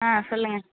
ஆ சொல்லுங்கள்